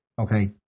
okay